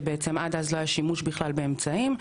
שבעצם עד אז לא היה שימוש בכלל באמצעים.